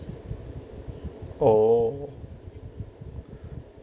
oh